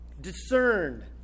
discerned